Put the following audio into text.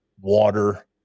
water